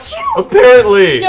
apparently!